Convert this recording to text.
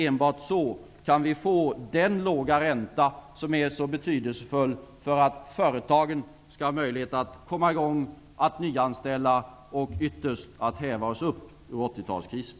Enbart så kan vi få den låga ränta som är så betydelefull för att företagen skall ha möjlighet att komma i gång, att nyanställa och ytterst att häva oss upp ur 80 talskrisen.